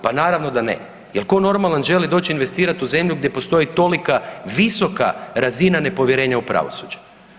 Pa naravno da ne jer tko normalan želi doći investirati u zemlju gdje postoji tolika visoka razina nepovjerenja u pravosuđe.